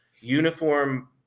Uniform